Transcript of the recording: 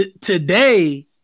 today